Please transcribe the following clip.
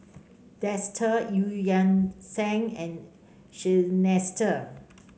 Dester Eu Yan Sang and Seinheiser